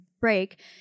break